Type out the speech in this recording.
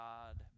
God